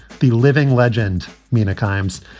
the living legend mina kimes.